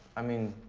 i mean.